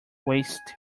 waste